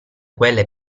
quelle